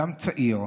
אדם צעיר,